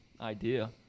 idea